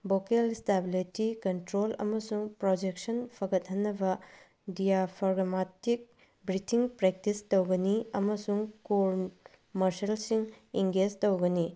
vocal stability control ꯑꯃꯁꯨꯡ projection ꯐꯒꯠꯍꯟꯅꯕ diaphragmatic breathing practice ꯇꯧꯒꯅꯤ ꯑꯃꯁꯨꯡ ꯀꯣꯔꯟ ꯃꯥꯔꯁꯦꯜꯁꯤꯡ ꯑꯦꯡꯒꯦꯖ ꯇꯧꯒꯅꯤ